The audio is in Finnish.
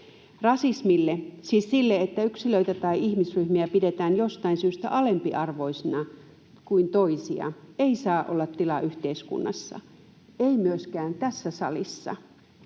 Rasismille, siis sille, että yksilöitä tai ihmisryhmiä pidetään jostain syystä alempiarvoisina kuin toisia, ei saa olla tilaa yhteiskunnassa, ei myöskään tässä salissa